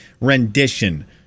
rendition